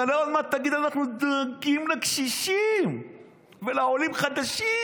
אתה עוד מעט תגיד: אנחנו דואגים לקשישים ולעולים חדשים.